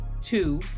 two